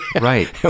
Right